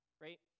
right